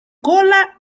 cola